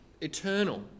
eternal